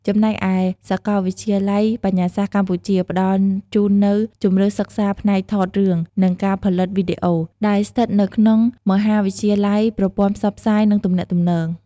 ចំណែកឯ សាកលវិទ្យាល័យបញ្ញាសាស្ត្រកម្ពុជា ផ្តល់ជូននូវជម្រើសសិក្សាផ្នែក "ថតរឿង និងការផលិតវីដេអូ" ដែលស្ថិតនៅក្នុងមហាវិទ្យាល័យប្រព័ន្ធផ្សព្វផ្សាយ និងទំនាក់ទំនង។